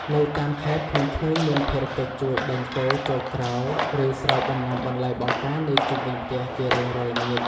នៅតាមខេត្តក្មេងៗមានភារកិច្ចជួយដេញគោចូលក្រោលឬស្រោចដំណាំបន្លែបង្ការនៅជុំវិញផ្ទះជារៀងរាល់ល្ងាច។